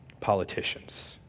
Politicians